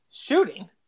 Shooting